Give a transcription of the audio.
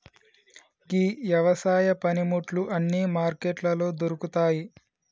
గీ యవసాయ పనిముట్లు అన్నీ మార్కెట్లలో దొరుకుతాయి